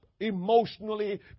emotionally